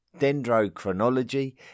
Dendrochronology